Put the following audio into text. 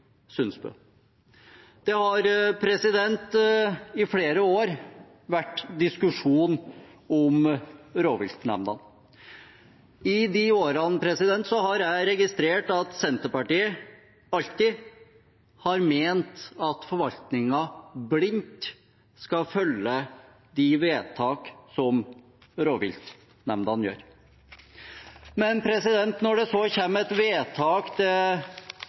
Sundsbø. Det har i flere år vært diskusjon om rovviltnemndene. I de årene har jeg registrert at Senterpartiet alltid har ment at forvaltningen blindt skal følge de vedtak som rovviltnemndene gjør. Men når det kommer et vedtak det